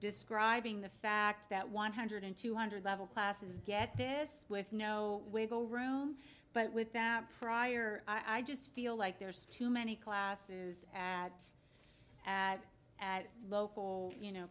describing the fact that one hundred two hundred level classes get this with no wiggle room but with that fryer i just feel like there's too many classes at at at local you know